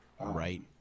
Right